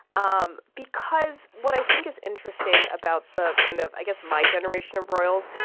um because what i think is interesting about the kind of i guess my generation of royals,